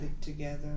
together